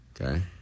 Okay